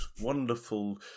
wonderful